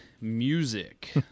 music